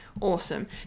awesome